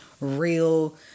real